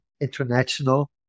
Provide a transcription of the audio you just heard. international